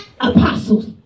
apostles